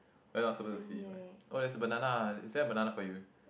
we're not supposed to see oh there's a banana is there a banana for you